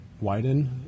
widen